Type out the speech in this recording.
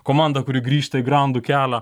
komanda kuri grįžta į grandų kelią